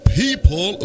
people